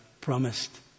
promised